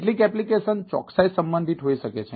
કેટલીક એપ્લિકેશન ચોકસાઈ સંબંધિત હોઈ શકે છે